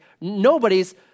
nobody's